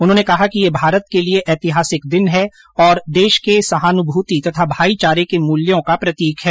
उन्होंने कहा कि यह भारत के लिए एतिहासिक दिन है और देश के सहानुभूति तथा भाईचारे के मूल्यों का प्रतीक है